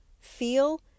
feel